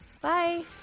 bye